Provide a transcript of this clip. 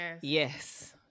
Yes